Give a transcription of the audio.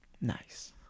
Nice